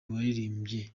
waririmbye